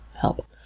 help